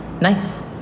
Nice